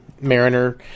Mariner